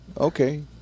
okay